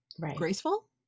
graceful